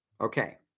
Okay